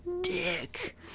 dick